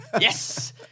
Yes